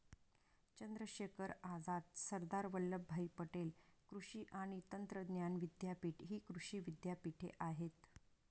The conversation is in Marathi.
चंद्रशेखर आझाद, सरदार वल्लभभाई पटेल कृषी आणि तंत्रज्ञान विद्यापीठ हि कृषी विद्यापीठे आहेत